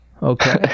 okay